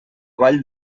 vall